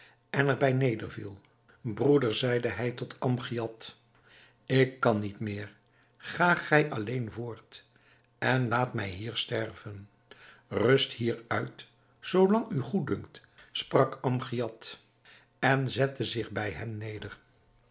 er bij nederviel broeder zeide hij tot amgiad ik kan niet meer ga gij alleen voort en laat mij hier sterven rust hier uit zoo lang u goeddunkt sprak amgiad en zette zich bij hem neder